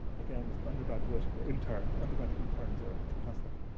again was an undergraduate intern undergraduate interns are fantastic.